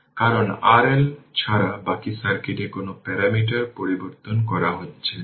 সুতরাং আমি আশা করি আমি এই সহজ প্রব্লেমটি বুঝতে পেরেছি